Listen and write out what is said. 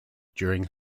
during